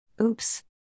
Oops